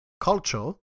culture